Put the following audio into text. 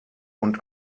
und